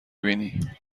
بینی